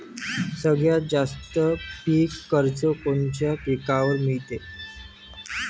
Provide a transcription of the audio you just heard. सगळ्यात जास्त पीक कर्ज कोनच्या पिकावर मिळते?